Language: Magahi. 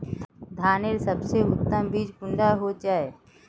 धानेर सबसे उत्तम बीज कुंडा होचए?